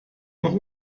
noch